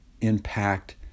impact